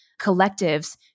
collectives